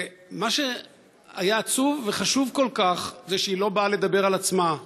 מה שהיה עצוב וחשוב כל כך זה שהיא לא באה לדבר על עצמה,